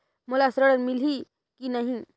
मोला ऋण मिलही की नहीं?